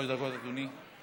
עד שלוש דקות, אדוני.